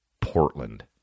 Portland